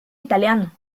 italiano